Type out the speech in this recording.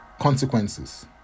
consequences